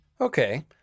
Okay